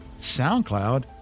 SoundCloud